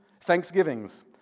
thanksgivings